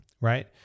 right